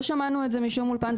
לא שמענו את זה משום אולפן,